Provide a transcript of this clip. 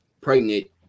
pregnant